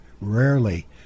rarely